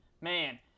Man